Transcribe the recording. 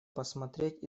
посмотреть